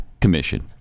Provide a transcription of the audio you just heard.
commission